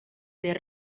del